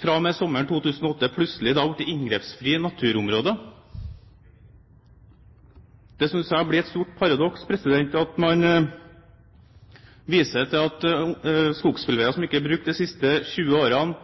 fra og med sommeren 2008 plutselig har blitt inngrepsfrie naturområder. Jeg synes det blir et stort paradoks at man viser til at skogsbilveier som